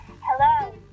hello